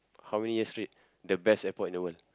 how many years straight the best airport in the world